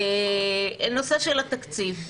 נושא של התקציב.